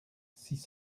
six